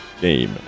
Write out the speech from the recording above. game